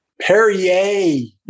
Perrier